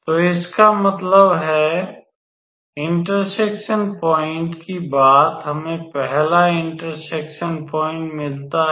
तो इसका मतलब है इंटरसेक्शन पॉइंट की बात हमें पहला इंटरसेक्शन पॉइंट मिलता है